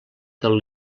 del